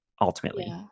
ultimately